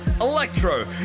electro